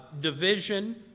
division